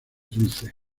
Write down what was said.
dulce